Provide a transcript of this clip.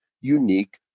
unique